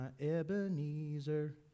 Ebenezer